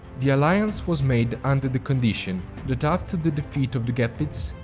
the alliance was made under the condition that after the defeat of the gepids,